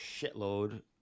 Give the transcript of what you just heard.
shitload